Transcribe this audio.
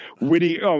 witty